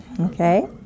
Okay